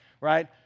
right